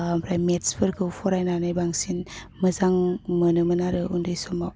ओमफ्राय मेथ्सफोरखौ फरायनानै बांसिन मोजां मोनोमोन आरो उन्दै समाव